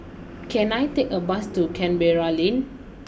can I take a bus to Canberra Lane